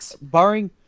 barring